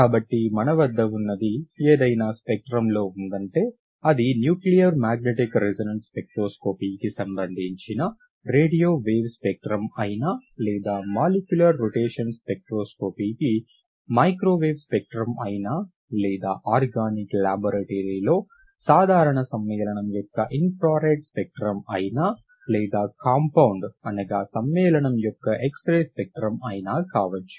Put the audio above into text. కాబట్టి మన వద్ద ఉన్నది ఏదైనా స్పెక్ట్రంలో ఉందంటే అది న్యూక్లియర్ మాగ్నెటిక్ రెసొనెన్స్ స్పెక్ట్రోస్కోపీకి సంబంధించిన రేడియో వేవ్ స్పెక్ట్రం అయినా లేదా మాలిక్యులర్ రొటేషన్ స్పెక్ట్రోస్కోపీకి మైక్రోవేవ్ స్పెక్ట్రమ్ అయినా లేదా ఆర్గానిక్ లాబొరేటరీలో సాధారణ సమ్మేళనం యొక్క ఇన్ఫ్రారెడ్ స్పెక్ట్రం అయినా లేదా కాంపౌండ్ సమ్మేళనం యొక్క ఎక్స్ రే స్పెక్ట్రం అయినా కావచ్చు